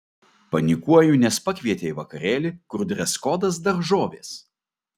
panikuoju nes pakvietė į vakarėlį kur dreskodas daržovės